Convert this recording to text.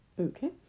okay